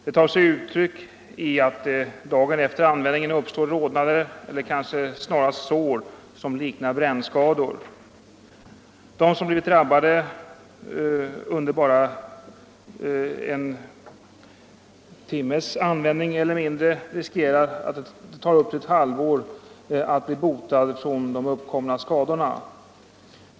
Det tar sig uttryck i att dagen efter användningen uppstår rodnader, eller kanske snarast sår, som liknar brännskador. De som har blivit drabbade under bara en timmes användning eller mindre, riskerar att det tar upp till ett halvår att bli botad från de uppkomna skadorna.